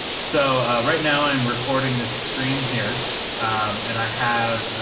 so right now i'm recording this screen here and i have,